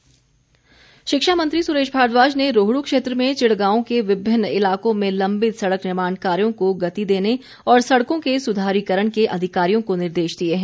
सुरेश भारद्वाज शिक्षा मंत्री सुरेश भारद्वाज ने रोहड् क्षेत्र में चिड़गांव के विभिन्न इलाकों में लंबित सड़क निर्माण कार्यों को गति देने और सड़कों के सुधारीकरण के अधिकारियों को निर्देश दिए हैं